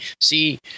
see